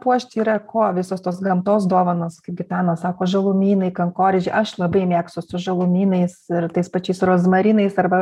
puošti yra kuo visos tos gamtos dovanos kaip gitana sako žalumynai kankorėžiai aš labai mėgstu su žalumynais ir tais pačiais rozmarinais arba